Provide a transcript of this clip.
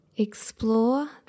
Explore